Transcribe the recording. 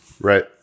Right